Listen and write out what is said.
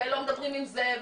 ולא מדברים עם זה,